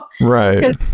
right